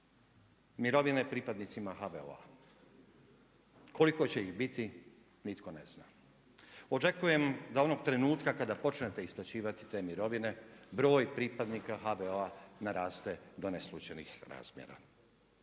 mirovine pripadnicima HVO-a. Koliko će ih biti nitko ne zna. Očekujem da onog trenutka kada počnete isplaćivati te mirovine broj pripadnika HVO-a naraste do neslućenih razmjera.